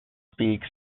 speaks